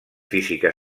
física